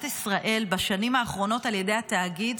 ישראל בשנים האחרונות על ידי התאגיד,